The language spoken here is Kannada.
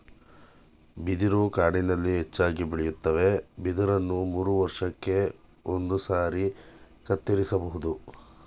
ಬಿದಿರು ಕಾಡಿನಲ್ಲಿ ಹೆಚ್ಚಾಗಿ ಬೆಳೆಯುತ್ವೆ ಬಿದಿರನ್ನ ಮೂರುವರ್ಷಕ್ಕೆ ಒಂದ್ಸಾರಿ ಕತ್ತರಿಸ್ಬೋದು